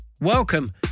Welcome